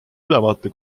ülevaate